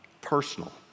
personal